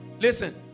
Listen